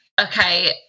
okay